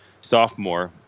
sophomore